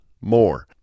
More